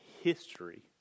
history